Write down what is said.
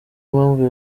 impamvu